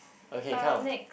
uh next